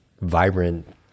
vibrant